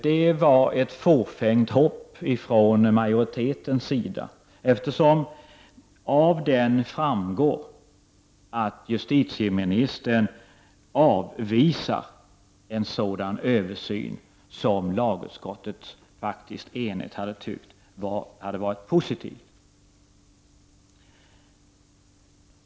Det var ett fåfängt hopp från majoritetens sida, eftersom det av den propositionen framgår att justitieministern avvisar en sådan översyn som lagutskottet faktiskt enigt hade ansett vara angelägen.